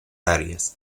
áreas